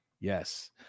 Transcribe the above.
yes